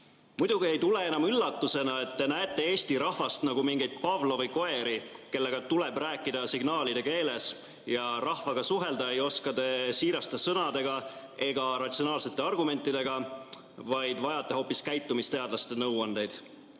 Muidugi ei tule enam üllatusena, et te näete Eesti rahvast nagu mingeid Pavlovi koeri, kellega tuleb rääkida signaalide keeles. Te ei oska rahvaga suhelda siiraste sõnadega ega ratsionaalsete argumentidega, vaid vajate hoopis käitumisteadlaste nõuandeid.